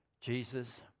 Jesus